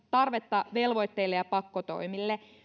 tarvetta velvoitteille ja pakkotoimille